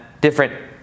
different